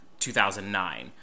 2009